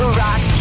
rock